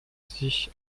sich